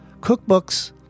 Cookbooks